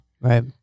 Right